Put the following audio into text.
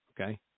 Okay